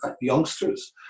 youngsters